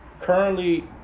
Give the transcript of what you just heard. currently